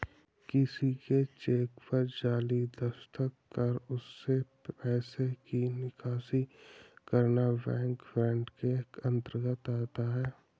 किसी के चेक पर जाली दस्तखत कर उससे पैसे की निकासी करना बैंक फ्रॉड के अंतर्गत आता है